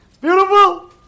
beautiful